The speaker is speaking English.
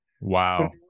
Wow